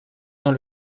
dans